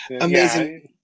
Amazing